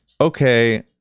okay